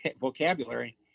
vocabulary